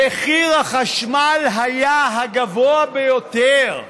מחיר החשמל היה הגבוה ביותר,